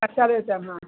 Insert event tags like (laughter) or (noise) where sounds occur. (unintelligible)